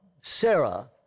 Sarah